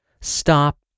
stop